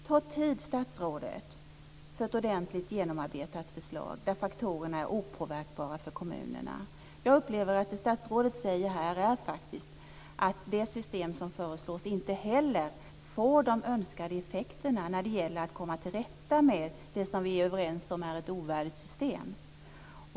Ta tid, statsrådet, för ett ordentligt genomarbetat förslag där faktorerna är opåverkbara för kommunerna! Jag upplever det som att det statsrådet säger här är att det system som föreslås inte heller får de önskade effekterna när det gäller att komma till rätta med det som vi är överens om är ett ovärdigt system.